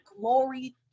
glory